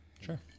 Sure